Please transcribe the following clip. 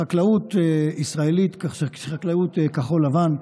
חקלאות ישראלית, חקלאות כחול לבן,